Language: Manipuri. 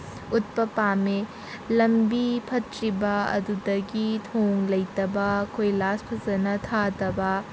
ꯎꯠꯄ ꯄꯥꯝꯃꯤ ꯂꯝꯕꯤ ꯐꯠꯇ꯭ꯔꯤꯕ ꯑꯗꯨꯗꯒꯤ ꯊꯣꯡ ꯂꯩꯇꯕ ꯀꯣꯏꯂꯥꯁ ꯐꯖꯅ ꯊꯥꯗꯕ